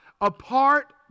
apart